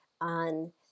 on